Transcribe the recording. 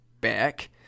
back